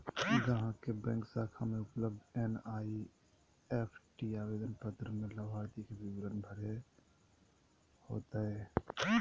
ग्राहक के बैंक शाखा में उपलब्ध एन.ई.एफ.टी आवेदन पत्र में लाभार्थी के विवरण भरे होतय